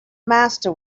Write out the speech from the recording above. master